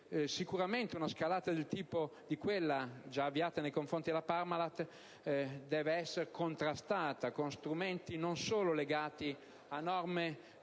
Sicuramente, una scalata sul tipo di quella avviata nei confronti della Parmalat deve essere contrastata con strumenti non solo legati a norme